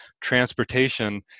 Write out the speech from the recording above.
transportation